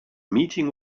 meeting